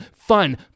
fun